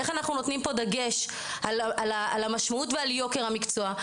איך אנחנו נותנים פה דגש על המשמעות ועל יוקר המקצוע,